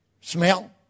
smell